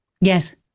Yes